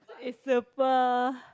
is super